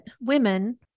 women